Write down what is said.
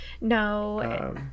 No